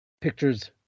pictures